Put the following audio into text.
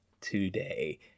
today